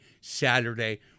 Saturday